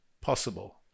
possible